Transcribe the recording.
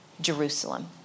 Jerusalem